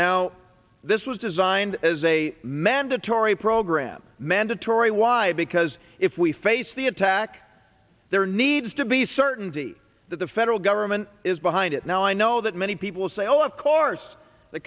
now this was designed as a mandatory program mandatory why because if we face the attack there needs to be certainty that the federal government is behind it now i know that many people say oh of course the